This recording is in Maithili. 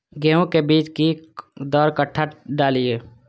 गेंहू के बीज कि दर कट्ठा डालिए?